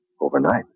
overnight